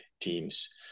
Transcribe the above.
teams